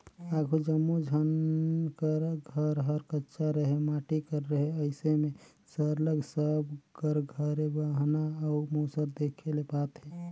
आघु जम्मो झन कर घर हर कच्चा रहें माटी कर रहे अइसे में सरलग सब कर घरे बहना अउ मूसर देखे ले पाते